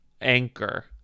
anchor